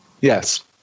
Yes